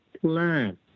plan